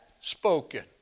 spoken